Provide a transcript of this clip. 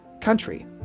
Country